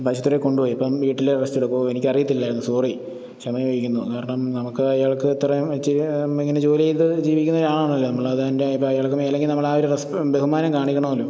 ആശുപത്രിയില് കൊണ്ടുപോയി ഇപ്പോള് വീട്ടില് റസ്റ്റ് എടുക്കുന്നു ഓ എനിക്കറിയത്തില്ലായിരുന്നു സോറി ക്ഷമ ചോദിക്കുന്നു കാരണം നമുക്കയാൾക്ക് അത്ര ഇച്ചിരി ഇങ്ങനെ ജോലി ചെയ്ത് ജീവിക്കുന്ന ഒരു ആളാണല്ലോ നമ്മള് അതിൻ്റെ ഇപ്പോള് അയാൾക്ക് മേലെങ്കില് നമ്മള് ആ റെസ്പ് ബഹുമാനം കാണിക്കണമല്ലോ